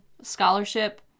scholarship